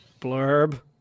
Blurb